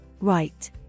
Right